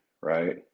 right